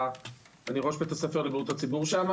אני ראש בית הספר לבריאות הציבור.